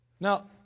Now